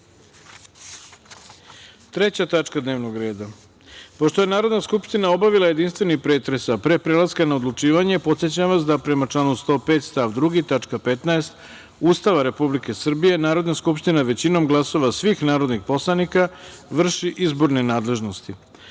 tačka dnevnog reda. Pošto je Narodna skupština obavila jedinstveni pretres, a pre prelaska na odlučivanje, podsećam vas da, prema članu 105. stav 2. tačka 15) Ustava Republike Srbije, Narodna skupština, većinom glasova svih narodnih poslanika, vrši izborne nadležnosti. Stavljam